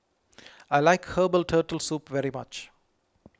I like Herbal Turtle Soup very much